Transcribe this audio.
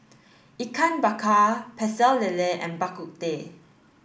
Ikan Bakar Pecel Lele and Bak Kut Teh